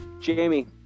Jamie